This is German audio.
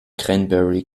cranberry